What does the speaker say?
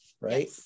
right